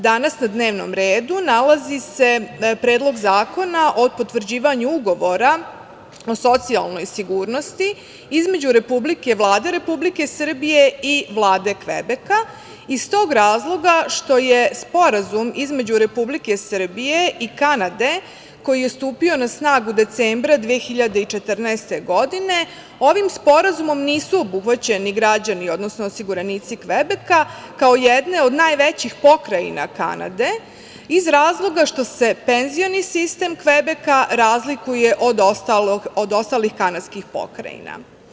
Danas na dnevnom redu nalazi se Predlog zakona o potvrđivanju Ugovora o socijalnoj sigurnosti između Vlade Republike Srbije i Vlade Kvebeka, iz tog razloga što Sporazumom između Republike Srbije i Kanade, koji je stupio na snagu decembra 2014. godine, nisu obuhvaćeni građani, odnosno osiguranici Kvebeka kao jedne od najvećih pokrajina Kanade, iz razloga što se penzioni sistem Kvebeka razlikuje od ostalih kanadskih pokrajina.